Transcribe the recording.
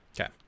Okay